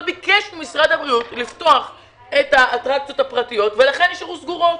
ביקש ממשרד הבריאות לפתח את האטרקציות הפרטיות ולכן הן נשארו סגורות.